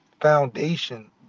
foundation